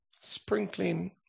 sprinkling